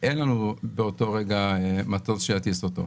אין לנו באותו רגע מטוס שיטיס אותו.